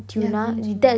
yeah plain tuna